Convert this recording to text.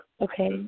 Okay